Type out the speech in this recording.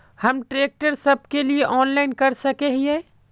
हम ट्रैक्टर सब के लिए ऑनलाइन कर सके हिये?